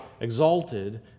exalted